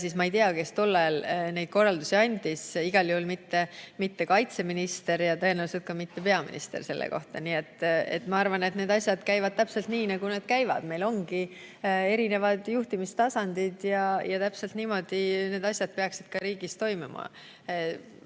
Nii et ma ei tea, kes tol ajal neid korraldusi andis, igal juhul mitte kaitseminister ja tõenäoliselt ka mitte peaminister. Ma arvan, et need asjad käivad täpselt nii, nagu need käivad. Meil ongi erinevad juhtimistasandid ja täpselt niimoodi need asjad peaksidki riigis toimima.